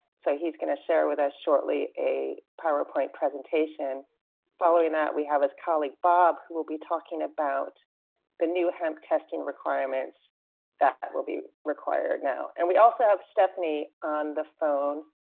so he's gonna share with us shortly a powerpoint presentation following that, we have this colleague, bob, who will be talking about the new hemp testing requirements that that will be required now. and we also have stephanie on the phone,